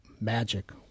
magic